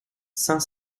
saint